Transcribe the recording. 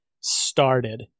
started